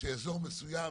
שבאזור מסוים